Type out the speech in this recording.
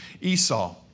Esau